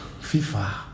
FIFA